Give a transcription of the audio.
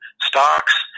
stocks